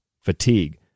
fatigue